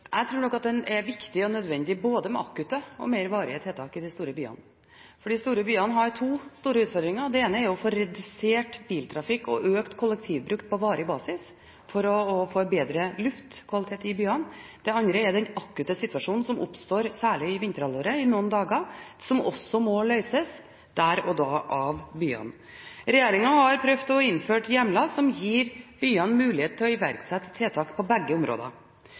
Jeg tror nok at det er viktig og nødvendig både med akutte og mer varige tiltak i de store byene, for de store byene har to store utfordringer. Den ene er å få redusert biltrafikk og økt kollektivbruk på varig basis for å forbedre luftkvaliteten i byene, den andre er den akutte situasjonen som oppstår særlig i vinterhalvåret i noen dager, som må løses der og da av byene. Regjeringen har prøvd å innføre hjemler som gir byene mulighet til å iverksette tiltak på begge områder.